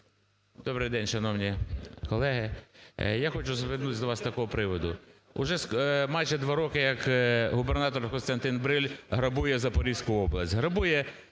Добрий день, шановні колеги. Я хочу звернутися до вас з такого приводу. Вже майже два роки як губернатор Костянтин Бриль грабує Запорізьку область. Грабує